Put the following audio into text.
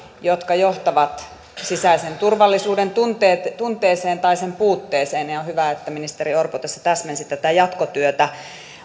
jotka johtavat sisäisen turvallisuuden tunteeseen tunteeseen tai sen puutteeseen ja ja on hyvä että ministeri orpo tässä täsmensi tätä jatkotyötä